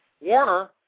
Warner